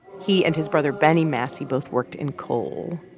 he and his brother bennie massey both worked in coal.